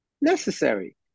Necessary